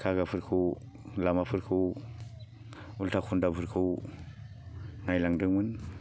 खागाफोरखौ लामाफोरखौ उल्था खन्दाफोरखौ नायलांदोंमोन